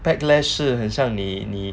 backlash 是很像你你